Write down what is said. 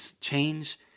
change